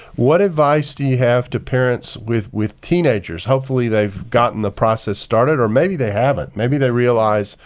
what advice do you have to parents with with teenagers? hopefully, they've gotten the process started. or maybe they haven't. maybe they realize,